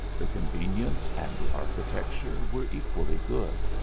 the convenience and the architecture were equally good.